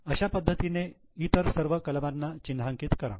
अशा पद्धतीने इतर सर्व कलमांना चिन्हांकित करा